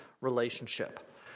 relationship